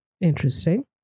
interesting